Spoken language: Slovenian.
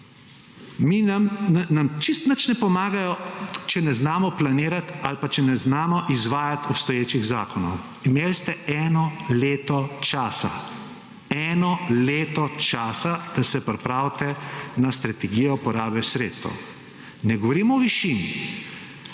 nam čisto nič ne pomagajo, če ne znamo planirat ali pa če ne znamo izvajat obstoječih zakonov. Imeli ste 1 leto časa, 1 leto časa, da se pripravite na strategijo porabe sredstev. Ne govorimo o višini,